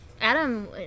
Adam